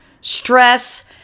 stress